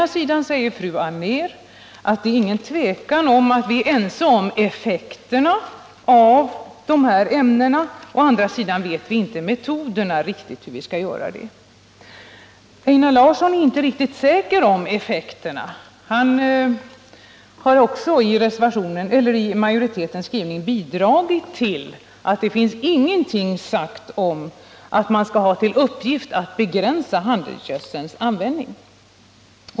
Kerstin Anér säger å ena sidan att det inte råder något tvivel om att vi är ense om effekterna av dessa ämnen, men å andra sidan säger hon att vi inte känner till de bästa metoderna. Einar Larsson är inte riktigt säker på effekterna. I utskottsmajoritetens skrivning, vilken han har bidragit till, finns det ingenting sagt om att det skall vara en uppgift att begränsa handelsgödselns användning.